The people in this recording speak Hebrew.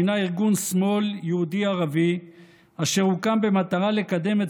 שהיא ארגון שמאל יהודי-ערבי אשר הוקם במטרה לקדם את